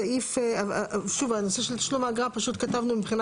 גם אציין שיש לנו לפרסם רשימת מפוקחים.